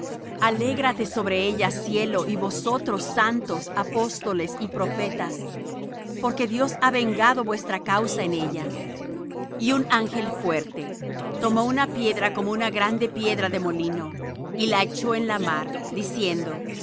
alégrate sobre ella cielo y vosotros santos apóstoles y profetas porque dios ha vengado vuestra causa en ella y un ángel fuerte tomó una piedra como una grande piedra de molino y la echó en la mar diciendo